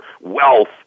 wealth